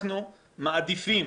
אנחנו בחוק הזה,